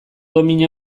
domina